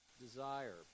desire